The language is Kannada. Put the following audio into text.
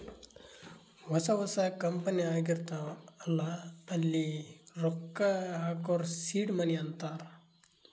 ಹೊಸಾ ಹೊಸಾ ಕಂಪನಿ ಆಗಿರ್ತಾವ್ ಅಲ್ಲಾ ಅಲ್ಲಿ ರೊಕ್ಕಾ ಹಾಕೂರ್ ಸೀಡ್ ಮನಿ ಅಂತಾರ